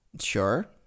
Sure